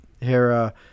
Hera